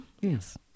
Yes